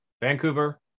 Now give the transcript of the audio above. vancouver